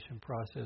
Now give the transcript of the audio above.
process